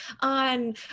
on